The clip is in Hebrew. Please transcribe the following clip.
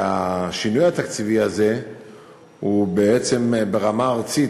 והשינוי התקציבי הזה הוא בעצם ברמה הארצית,